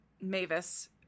Mavis